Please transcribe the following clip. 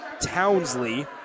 Townsley